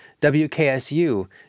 WKSU